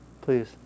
please